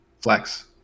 flex